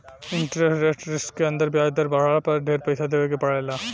interest rate risk के अंदर ब्याज दर बाढ़ला पर ढेर पइसा देवे के पड़ेला